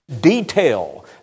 detail